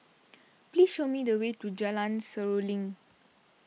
please show me the way to Jalan Seruling